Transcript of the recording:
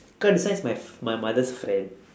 cause this one is my fr~ my mother's friend